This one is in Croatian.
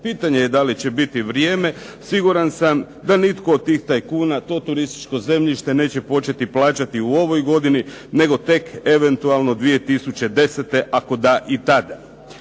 Pitanje je da li će biti vrijeme. Siguran sam da nitko od tih tajkuna to turističko zemljište neće početi plaćati u ovoj godini nego tek eventualno 2010. ako da i tada.